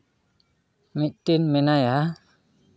ᱢᱤᱫᱴᱤᱱ ᱢᱮᱱᱟᱭᱟ